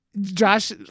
Josh